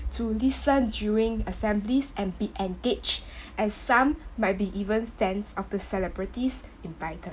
to listen during assemblies and be engaged as some might be even fans of the celebrities invited